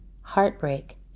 heartbreak